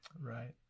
Right